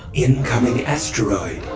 incoming asteroid.